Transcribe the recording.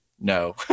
no